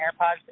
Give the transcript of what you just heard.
AirPods